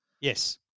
Yes